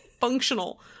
functional